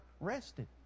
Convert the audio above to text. rested